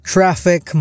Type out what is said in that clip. Traffic